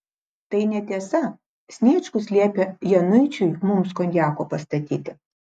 tai netiesa sniečkus liepė januičiui mums konjako pastatyti